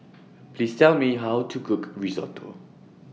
Please Tell Me How to Cook Risotto